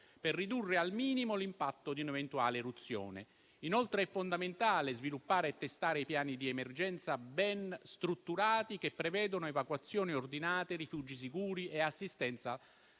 per ridurre al minimo l'impatto di un'eventuale eruzione. Inoltre, è fondamentale sviluppare e testare i piani di emergenza ben strutturati che prevedano evacuazioni ordinate, rifugi sicuri e assistenza